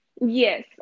yes